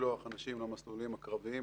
לשלוח אנשים למסלולים הקרביים,